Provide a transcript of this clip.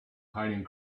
hiding